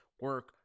Work